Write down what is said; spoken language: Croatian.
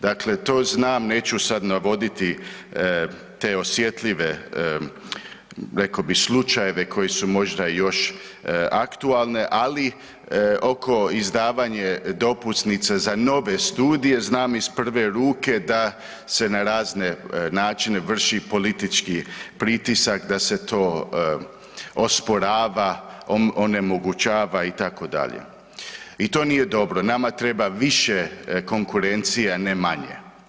Dakle to znam, neću sad navoditi te osjetljive, rekao bih, slučajeve koji su možda još aktualne, ali oko izdavanje dopusnice za nove studije, znam iz prve ruke da se na razne načine vrši politički pritisak da se to osporava, onemogućava, itd. i to nije dobro, nama treba više konkurencije, a ne manje.